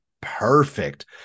perfect